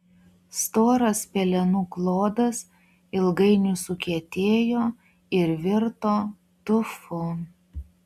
storas pelenų klodas ilgainiui sukietėjo ir virto tufu